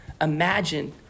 imagine